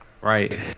Right